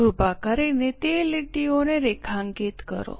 કૃપા કરીને તે લીટીઓને રેખાંકિત કરો